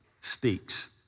speaks